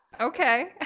okay